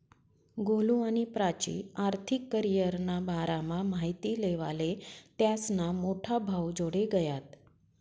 गोलु आणि प्राची आर्थिक करीयरना बारामा माहिती लेवाले त्यास्ना मोठा भाऊजोडे गयात